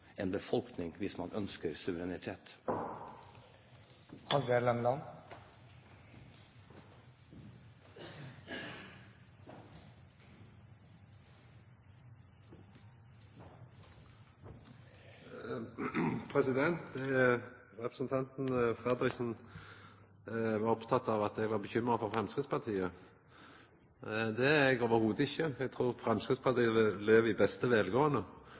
en befolkning hvis man ønsker suverenitet. Representanten Fredriksen var oppteken av at eg var bekymra for Framstegspartiet. Det er eg ikkje i det heile. Eg trur Framstegspartiet lever i beste